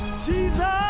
jesus!